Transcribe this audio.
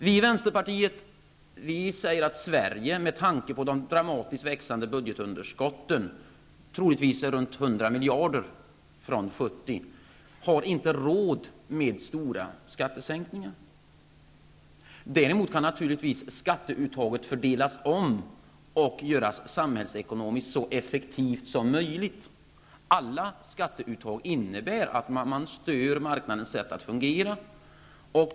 Vi i Vänsterpartiet säger att Sverige med tanke på det dramatiskt växande budgetunderskottet -- troligtvis runt 100 miljarder från tidigare 70 -- inte har råd med stora skattesänkningar. Skatteuttaget kan däremot naturligtvis omfördelas och göras så effektivt som möjligt samhällsekonomiskt sett. Alla skatteuttag innebär att man stör marknadens funktion.